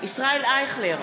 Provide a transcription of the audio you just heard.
ישראל אייכלר,